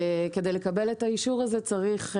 כדי לקבל את האישור הזה צריך,